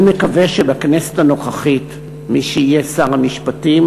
אני מקווה שבכנסת הנוכחית מי שיהיה שר המשפטים